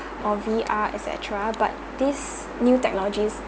or V_R et cetera but these new technologies